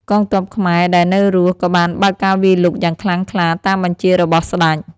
កងទ័ពខ្មែរដែលនៅរស់ ក៏បានបើកការវាយលុកយ៉ាងខ្លាំងក្លាតាមបញ្ជារបស់ស្ដេច។